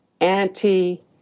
anti